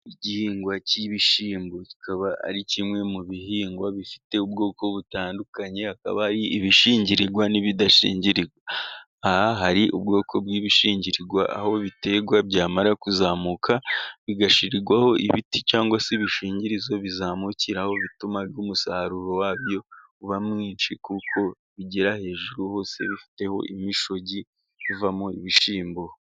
Igihingwa cy'ibishyimbo kikaba ari kimwe mu bihingwa bifite ubwoko butandukanye, hakaba hari ibishingirirwa n'ibidashingirirwa. Aha hari ubwoko bw'ibishingirirwa, aho biterwa byamara kuzamuka bigashyirirwaho ibiti cyangwa se ibishingirizo bizamukiraho, bituma umusaruro wa byo uba mwinshi, kuko bigera hejuru hose bifiteho imishogi ivamo ibishyimbo.